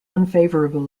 unfavourable